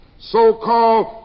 so-called